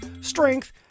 strength